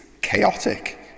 chaotic